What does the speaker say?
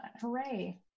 Hooray